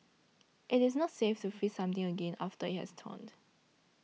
it is not safe to freeze something again after it has thawed